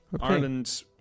Ireland